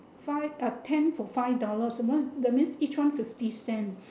five uh ten for five dollars so means each one fifty cents